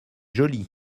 joli